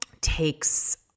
takes